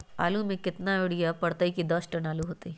आलु म केतना यूरिया परतई की दस टन आलु होतई?